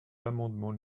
l’amendement